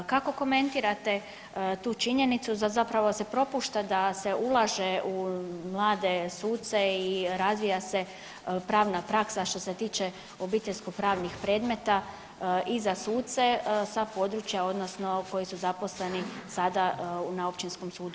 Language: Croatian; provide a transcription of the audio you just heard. Kako komentirate tu činjenicu zapravo da se propušta da se ulaže u mlade suce i razvija se pravna praksa što se tiče obiteljsko pravnih predmeta i za suce sa područja odnosno koji su zaposleni sada na Općinskom sudu u Đakovu.